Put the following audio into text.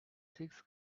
six